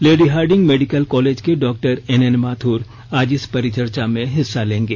lady Hardinge medical college के डॉ N N Mathur आज इस परिचर्चा में हिस्सा लेंगे